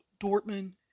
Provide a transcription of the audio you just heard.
Dortmund